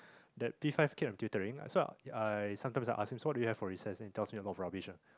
that P five kid I'm tutoring so ah I ah sometimes I ask him so what do you have for recess then he tells me a lot of rubbish